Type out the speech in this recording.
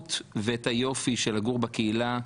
החשיבות ואת היופי של לגור בקהילה,